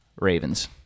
Ravens